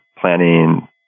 planning